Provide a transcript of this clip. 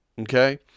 Okay